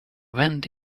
went